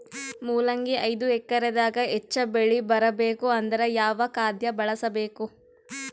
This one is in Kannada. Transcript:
ಮೊಲಂಗಿ ಐದು ಎಕರೆ ದಾಗ ಹೆಚ್ಚ ಬೆಳಿ ಬರಬೇಕು ಅಂದರ ಯಾವ ಖಾದ್ಯ ಬಳಸಬೇಕು?